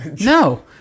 No